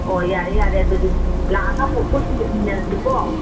ꯑꯣ ꯌꯥꯔꯦ ꯌꯥꯔꯦ ꯑꯗꯨꯗꯤ ꯂꯥꯛꯑꯒ ꯑꯃꯨꯛ ꯄꯨꯟꯅ ꯌꯦꯡꯃꯤꯟꯅꯔꯁꯤꯀꯣ